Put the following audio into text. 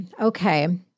Okay